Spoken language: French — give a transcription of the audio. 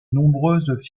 nombreuses